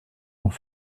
dans